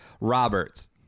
Roberts